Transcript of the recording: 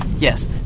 Yes